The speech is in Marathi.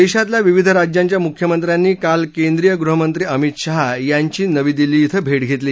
देशातल्या विविध राज्यांच्या मुख्यमंत्र्यांनी काल केंद्रीय गृहमंत्री अमित शाह यांची नवी दिल्ली क्रें भेट घेतली